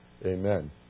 Amen